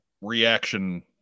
reaction